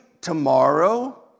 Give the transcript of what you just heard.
tomorrow